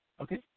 Okay